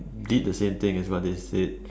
did the same thing as what they said